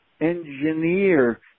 engineer